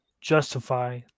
justify